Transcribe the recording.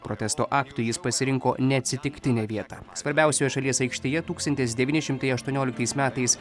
protesto aktu jis pasirinko neatsitiktinę vietą svarbiausioje šalies aikštėje tūkstantis devyni šimtai aštuonioliktais metais